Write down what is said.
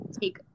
take